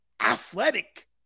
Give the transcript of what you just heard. Athletic